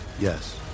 Yes